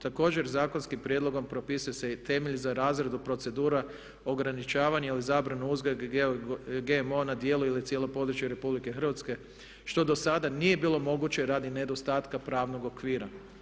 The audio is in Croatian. Također zakonskim prijedlogom propisuje se i temelj za razradu, procedura, ograničavanje ili zabranu uzgoj GMO na djelu ili cijelom području RH što do sada nije bilo moguće radi nedostatka pravnog okvira.